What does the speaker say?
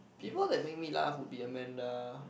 people that make me laugh would be Amanda